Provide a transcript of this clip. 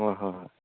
হয় হয় হয়